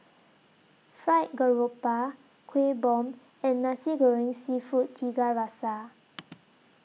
Fried Garoupa Kueh Bom and Nasi Goreng Seafood Tiga Rasa